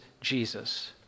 Jesus